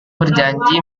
berjanji